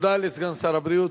תודה לסגן שר הבריאות.